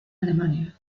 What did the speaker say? alemania